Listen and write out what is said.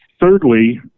thirdly